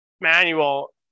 manual